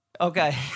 Okay